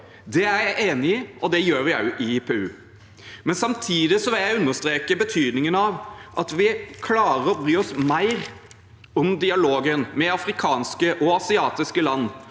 Det er jeg enig i, og det gjør vi også i IPU, men samtidig vil jeg understreke betydningen av at vi klarer å bry oss mer om dialogen med afrikanske og asiatiske land,